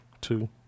two